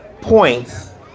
points